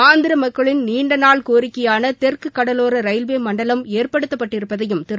ஆந்திர மக்களின் நீண்டநாள் கோரிக்கையான தெற்கு கடலோர ரயில்வே மண்டலம் ஏற்படுத்தப்பட்டிருப்பதையும் திரு